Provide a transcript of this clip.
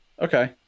Okay